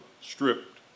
stripped